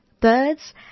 Birds